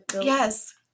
Yes